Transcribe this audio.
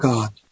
God